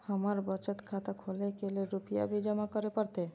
हमर बचत खाता खोले के लेल रूपया भी जमा करे परते?